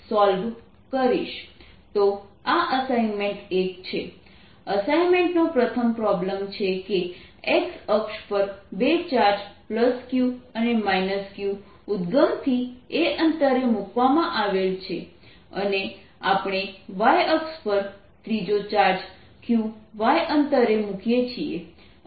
તો આ અસાઇનમેન્ટ 1 છે અસાઇનમેન્ટ નો પ્રથમ પ્રોબ્લેમ છે કે x અક્ષ પર બે ચાર્જ Q અને Q ઉદગમથી a અંતરે મુકવામાં આવેલ છે અને આપણે y અક્ષ પર ત્રીજો ચાર્જ q y અંતરે મૂકીએ છીએ